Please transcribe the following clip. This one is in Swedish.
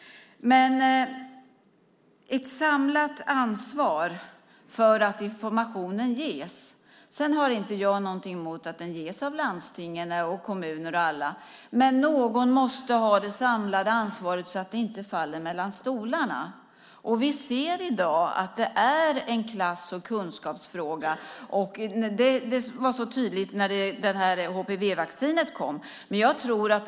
Ett samlat ansvar för att informationen ges behöver vi. Sedan har inte jag någonting emot att den ges av landsting, kommuner eller andra. Men någon måste ha det samlade ansvaret så att det inte faller mellan stolarna. Vi ser i dag att det är en klass och kunskapsfråga. Det var så tydligt när HPV-vaccinet kom.